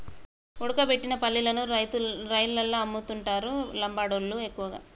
ఉడకబెట్టిన పల్లీలను రైలల్ల అమ్ముతుంటరు లంబాడోళ్ళళ్లు ఎక్కువగా